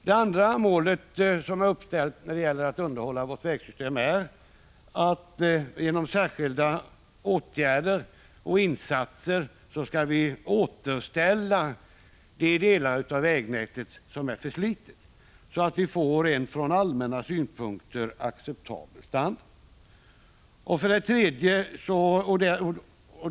Det andra målet när det gäller underhållet av vårt vägsystem är att genom särskilda åtgärder och insatser återställa de delar av vägnätet som är förslitna, så att vi får en från allmänna synpunkter acceptabel standard.